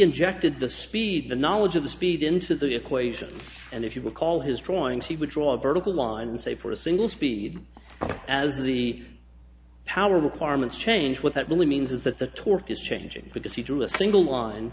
injected the speed the knowledge of the speed into the equations and if you recall his drawing he would draw a vertical line and say for a single speed as the power requirements change what that really means is that the torque is changing because he drew a single line